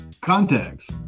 contacts